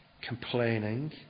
complaining